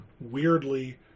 weirdly